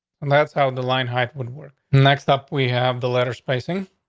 and that's how the line height woodwork. next up, we have the letter spacing.